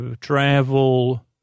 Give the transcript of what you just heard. travel